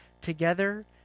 together